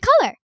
color